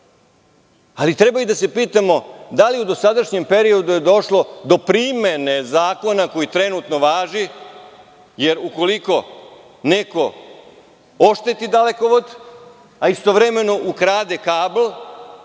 ali, treba da se pitamo da li je u dosadašnjem periodu došlo do primene zakona koji trenutno važi? Jer, ukoliko neko ošteti dalekovod, a istovremeno ukrade kabl,